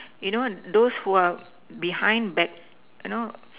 you know those who are behind back I know